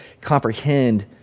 comprehend